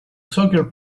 soccer